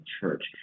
church